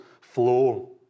flow